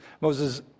Moses